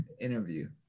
interview